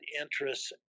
interests